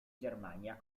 germania